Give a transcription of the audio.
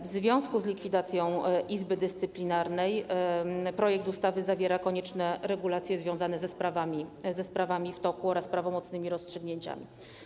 W związku z likwidacją Izby Dyscyplinarnej projekt ustawy zawiera konieczne regulacje związane ze sprawami w toku oraz prawomocnymi rozstrzygnięciami.